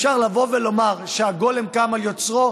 אם אפשר לבוא ולומר שהגולם קם על יוצרו,